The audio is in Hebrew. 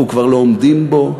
אנחנו כבר לא עומדים בו.